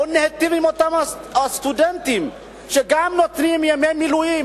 בואו ניטיב עם אותם סטודנטים שגם נותנים ימי מילואים.